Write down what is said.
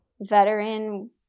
veteran